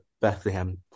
Bethlehem